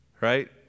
right